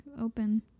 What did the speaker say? open